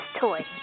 Toy